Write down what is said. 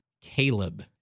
Caleb